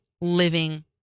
living